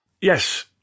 yes